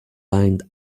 lined